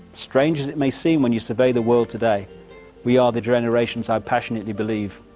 strange as it may seem when you survey the world today we are the generations, i passionately believe,